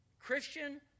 Christian